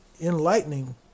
enlightening